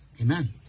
amen